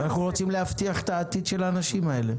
ולכן אנחנו רוצים להבטיח את העתיד של האנשים האלה,